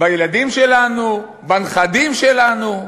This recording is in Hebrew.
בילדים שלנו, בנכדים שלנו.